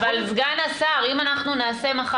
אין לנו כרגע